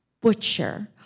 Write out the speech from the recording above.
butcher